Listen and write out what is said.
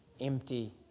empty